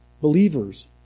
believers